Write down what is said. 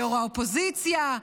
בראש האופוזיציה,